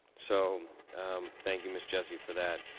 so thank you ms. jessie, for that.